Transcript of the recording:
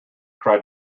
cried